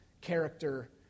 character